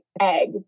egg